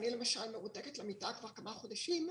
אני למשל מרותקת למיטה כבר כמה חודשים,